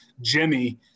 Jimmy